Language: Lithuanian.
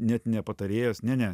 net ne patarėjas ne ne